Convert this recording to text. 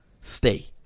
Stay